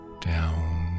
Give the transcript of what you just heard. down